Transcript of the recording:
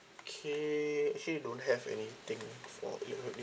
okay actually don't have anything for you already